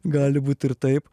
gali būti ir taip